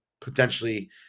potentially